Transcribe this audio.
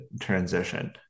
transition